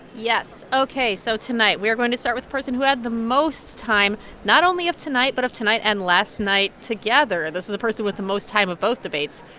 yes. ok, so tonight we are going to start with the person who had the most time not only of tonight, but of tonight and last night together. this is the person with the most time of both debates,